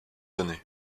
années